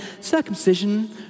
circumcision